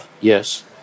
yes